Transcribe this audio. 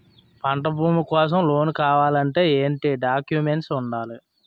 పంట భూమి కోసం లోన్ కావాలి అంటే ఏంటి డాక్యుమెంట్స్ ఉండాలి?